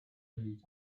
his